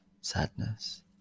sadness